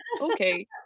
okay